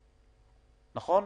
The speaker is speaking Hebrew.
נכון?